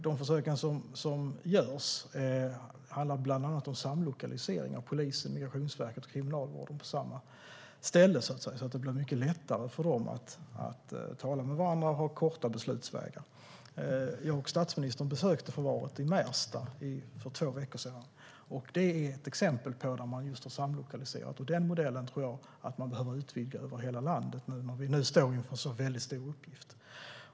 De försök som görs handlar bland annat om lokalisering av Polisen, Migrationsverket och Kriminalvården på samma ställe, så att det blir mycket lättare för dem att tala med varandra och att ha korta beslutsvägar. Jag och statsministern besökte förvaret i Märsta för två veckor sedan. Det är ett exempel på hur man just har samlokaliserat. Den modellen tror jag behöver utvidgas till hela landet när vi nu står inför en så väldigt stor uppgift.